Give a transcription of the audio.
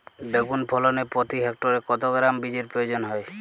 বেগুন ফলনে প্রতি হেক্টরে কত গ্রাম বীজের প্রয়োজন হয়?